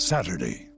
Saturday